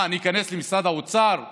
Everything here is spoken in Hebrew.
מה, אני איכנס למשרד האוצר בכוח?